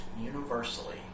universally